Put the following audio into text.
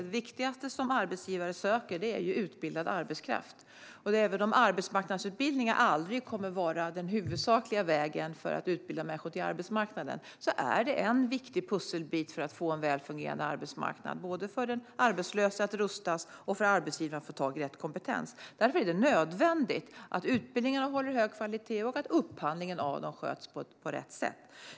Det viktigaste som arbetsgivare söker är utbildad arbetskraft, och även om arbetsmarknadsutbildningar aldrig kommer att vara den huvudsakliga vägen för att utbilda människor till arbetsmarknaden är de en viktig pusselbit för att få en väl fungerande arbetsmarknad där den som är arbetslös rustas och där arbetsgivarna kan få tag i rätt kompetens. Därför är det nödvändigt att utbildningarna håller en hög kvalitet och att upphandlingen av dem sköts på rätt sätt.